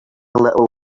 little